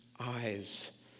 eyes